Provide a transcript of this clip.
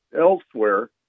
elsewhere